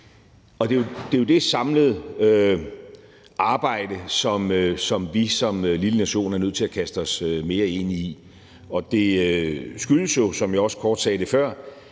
Det er jo det samlede arbejde, som vi som lille nation er nødt til at kaste os mere ind i. Og det skyldes jo, som jeg også kort sagde det før,